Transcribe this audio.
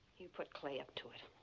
you put clay up to it.